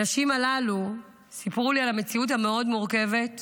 הנשים הללו סיפרו לי על המציאות מורכבת מאוד,